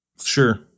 sure